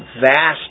vast